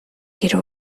hiru